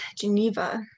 Geneva